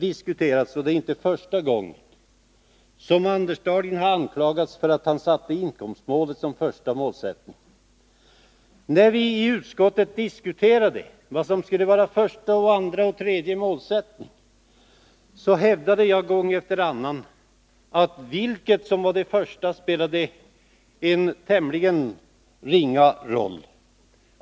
Det är inte första gången Anders Dahlgren anklagats för att han sätter inkomstmålet som första målsättning. När vi i utskottet diskuterade vad som skulle vara första, andra och tredje målsättning hävdade jag gång efter annan att det spelade en tämligen ringa roll.